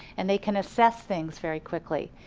and they can assess things very quickly.